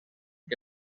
que